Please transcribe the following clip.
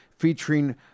featuring